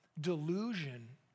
delusion